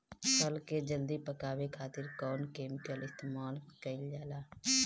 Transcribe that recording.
फल के जल्दी पकावे खातिर कौन केमिकल इस्तेमाल कईल जाला?